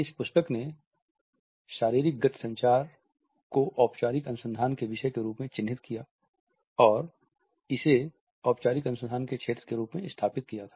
इस पुस्तक ने शारीरिक गति संचार को औपचारिक अनुसंधान के विषय के रूप में चिह्नित किया और इसे औपचारिक अनुसंधान के क्षेत्र के रूप में स्थापित किया था